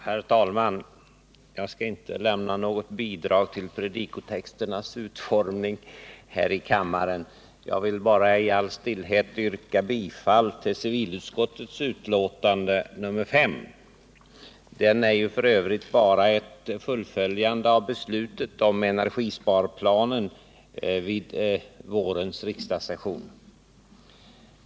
Herr talman! Jag skall inte lämna något bidrag till predikotexternas utformning här i kammaren. Jag vill bara i all stillhet yrka bifall till civilutskottets hemställan i betänkandet nr 5. Det är ju f.ö. endast ett fullföljande av beslutet om energisparplanen vid vårens riksdagssession.